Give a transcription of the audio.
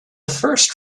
first